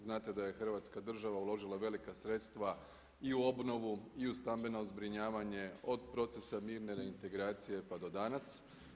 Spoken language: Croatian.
Znate da je Hrvatska država uložila velika sredstva i u obnovu i u stambeno zbrinjavanje od procesa mirne reintegracije pa do danas.